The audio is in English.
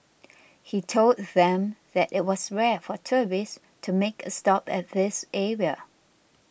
he told them that it was rare for tourists to make a stop at this area